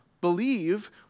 believe